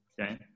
Okay